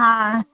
हां